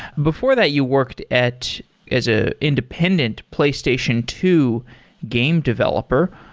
before that, you worked at as a independent playstation two game developer.